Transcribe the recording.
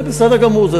זה בסדר גמור.